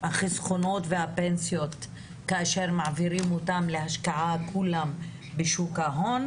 החסכונות והפנסיות כאשר מעבירים את הכול להשקעה בשוק ההון,